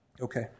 Okay